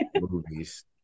movies